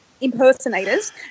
impersonators